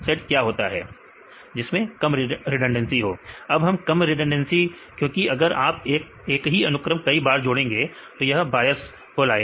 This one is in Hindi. विद्यार्थी कम रिडंडेंसी अब कम रिडंडेंसी क्योंकि अगर आप एक ही अनुक्रम कई बार जोड़ेंगे तो यह बायस को लाएगा